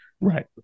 Right